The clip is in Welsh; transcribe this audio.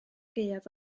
gaeaf